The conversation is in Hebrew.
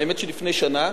האמת שלפני שנה,